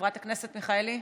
חברת הכנסת מיכאלי,